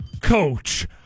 Coach